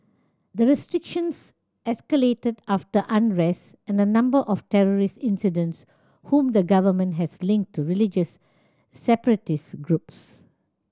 the restrictions escalated after unrest and a number of terrorist incidents whom the government has linked to religious separatist groups